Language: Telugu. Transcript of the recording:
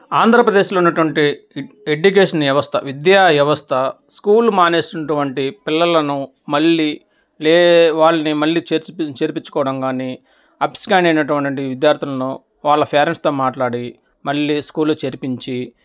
ఆంధ్రప్రదేశ్లో ఉన్నటువంటి ఎడ్యుకేషన్ వ్యవస్థ విద్యా వ్యవస్థ స్కూల్ మానేస్తు ఉన్నటువంటి పిల్లలను మళ్ళీ లే వాళ్ళని మళ్ళీ చేర్చి చేర్పించుకోవడం కానీ అబ్స్కాండ్ అయినటువంటి విద్యార్థులను వాళ్ళ పేరెంట్స్తో మాట్లాడి మళ్ళీ స్కూలు చేర్పించి